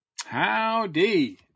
Howdy